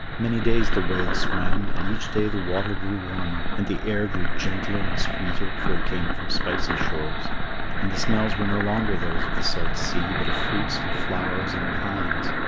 many days the whale swam, and each day the water grew warmer, and the air grew gentler and sweeter, for it came from spicy shores and the smells were no longer those of the salt sea, but of fruits and flowers and pines.